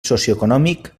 socioeconòmic